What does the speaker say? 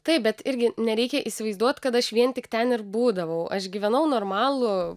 taip bet irgi nereikia įsivaizduot kad aš vien tik ten ir būdavau aš gyvenau normalų